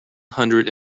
hundred